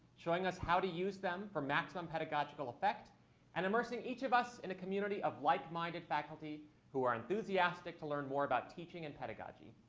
showing us how to use them for maximum pedagogical effect and immersing each of us in a community of like-minded faculty who are enthusiastic to learn more about teaching and pedagogy.